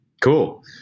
cool